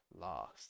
last